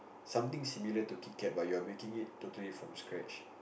something similar to Kit-Kat but you are making it totally from scratch